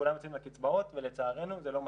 כולם נמצאים לקצבאות ולצערנו זה לא מספיק.